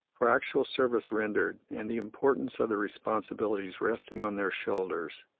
for actual service rendered, and the importance of the responsibilities resting on their shoulders,